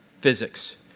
physics